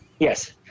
Yes